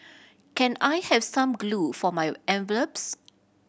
can I have some glue for my envelopes